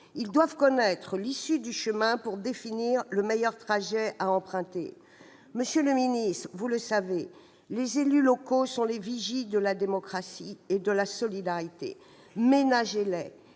Ils doivent connaître l'issue du chemin pour définir le meilleur trajet à emprunter. Monsieur le ministre, vous le savez, les élus locaux sont les vigies de la démocratie et de la solidarité. Ménagez-les,